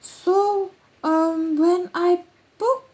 so um when I booked